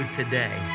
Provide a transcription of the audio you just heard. today